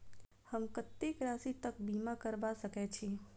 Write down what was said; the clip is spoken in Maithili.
हम कत्तेक राशि तकक बीमा करबा सकै छी?